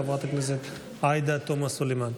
חברת הכנסת עאידה תומא סלימאן.